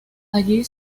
allí